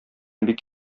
бик